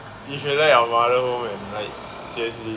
you should let your mother know man like seriously